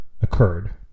occurred